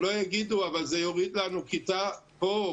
שלא יגידו אבל זה יוריד לנו כיתה פה,